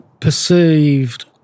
perceived